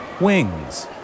wings